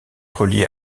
relié